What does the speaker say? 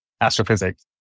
astrophysics